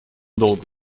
долго